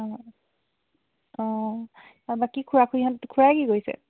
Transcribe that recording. অঁ অঁ বাকী খুৰা খুৰীহঁত খুৰাই কি কৰিছে